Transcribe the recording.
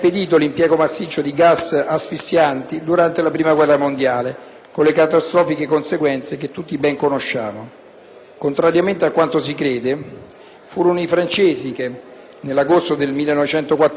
Contrariamente a quanto si crede, furono i francesi che, nell'agosto del 1914, a guerra appena iniziata, lanciarono sul nemico granate contenenti alfa bromo xylene, una sostanza